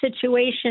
situation